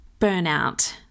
burnout